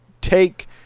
take